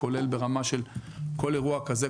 כולל ברמה של כל אירוע כזה,